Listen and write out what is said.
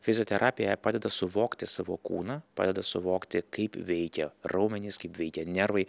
fizioterapija padeda suvokti savo kūną padeda suvokti kaip veikia raumenys kaip veikia nervai